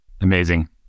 Amazing